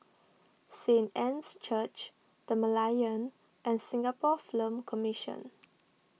Saint Anne's Church the Merlion and Singapore Film Commission